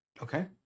Okay